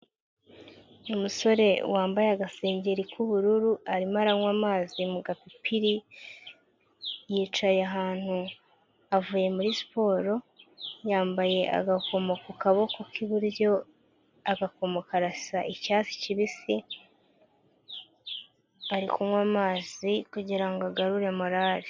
Umusore wambaye agasengeri k'ubururu, arimo aranywa amazi mu gapipiri, yicaye ahantu avuye muri siporo, yambaye agakomo ku kaboko k'iburyo, agakomo karasa icyatsi kibisi, ari kunywa amazi kugirango agarure morare.